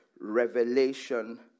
revelation